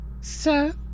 Sir